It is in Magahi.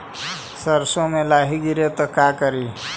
सरसो मे लाहि गिरे तो का करि?